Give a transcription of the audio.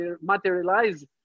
materialize